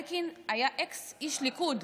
אלקין היה אקס איש ליכוד,